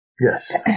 Yes